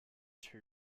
two